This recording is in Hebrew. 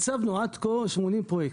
תקצבנו עד כה 80 פרויקטים.